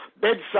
bedside